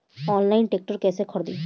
Online tractor कैसे खरदी?